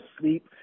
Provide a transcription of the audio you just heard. sleep